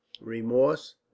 Remorse